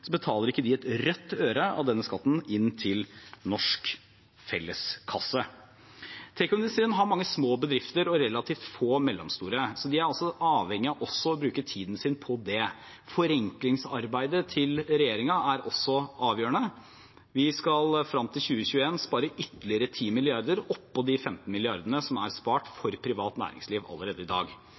så betaler ikke de et rødt øre av denne skatten inn til den norske felleskassen. Tekoindustrien har mange små bedrifter og relativt få mellomstore, så de er altså avhengige av å bruke tiden sin også på dette. Forenklingsarbeidet til regjeringen er også avgjørende. Vi skal fram til 2021 spare ytterligere 10 mrd. kr – oppå de 15 milliardene som er spart for privat næringsliv allerede i dag.